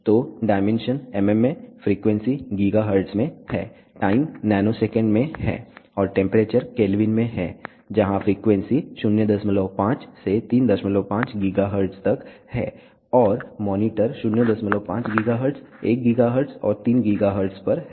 तो dimension mm में frequency GHz में है टाइम नैनोसेकंड में है और टेंपरेचर केल्विन में है जहां फ्रीक्वेंसी 05 से 35 GHz तक है और मॉनिटर 05 GHz 1 GHz और 3 GHz पर है